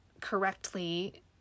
correctly